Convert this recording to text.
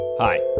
Hi